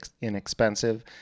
inexpensive